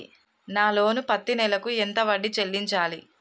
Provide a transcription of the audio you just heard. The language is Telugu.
నా లోను పత్తి నెల కు ఎంత వడ్డీ చెల్లించాలి?